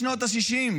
משנות השישים,